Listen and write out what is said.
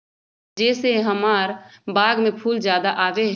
जे से हमार बाग में फुल ज्यादा आवे?